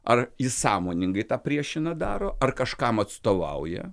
ar jis sąmoningai tą priešina daro ar kažkam atstovauja